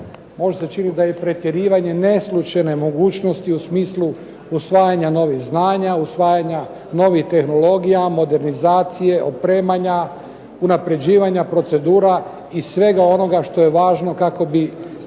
možda se čini da je pretjerivanje, neslućene mogućnosti u smislu usvajanja novih znanja, usvajanja novih tehnologija, modernizacije, opremanja, unapređivanja procedura i svega onoga što je važno kako bi